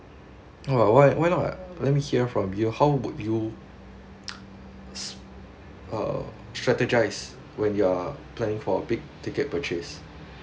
oh why why not let me hear from you how would you s~ uh strategise when you are planning for a big ticket purchase